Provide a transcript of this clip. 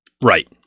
Right